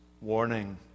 warning